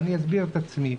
ואני אסביר את עצמי.